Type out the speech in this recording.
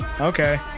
Okay